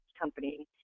company